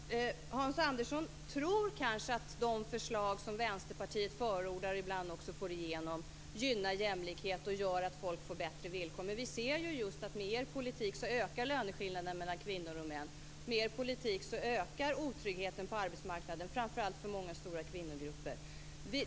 Fru talman! Hans Andersson tror kanske att de förslag som Vänsterpartiet förordar och ibland får igenom gynnar jämlikhet och gör att folk får bättre villkor. Men vi ser att löneskillnaderna mellan kvinnor och män ökar med er politik. Med er politik ökar otryggheten på arbetsmarknaden, framför allt för många stora kvinnogrupper.